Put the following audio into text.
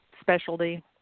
specialty